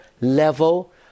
Level